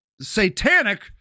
satanic